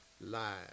live